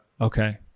Okay